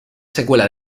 secuela